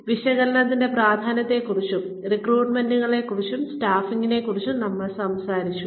ജോലി വിശകലനത്തിന്റെ പ്രാധാന്യത്തെക്കുറിച്ചും റിക്രൂട്ട്മെന്റുകളെക്കുറിച്ചും സ്റ്റാഫിംഗിനെക്കുറിച്ചും നമ്മൾ സംസാരിച്ചു